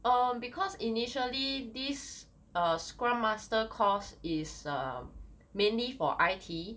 um because initially this err scrum master course is um mainly for I_T